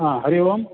हा हरिः ओम्